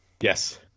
Yes